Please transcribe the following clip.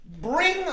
bring